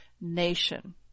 nation